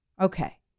Okay